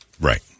Right